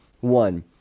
One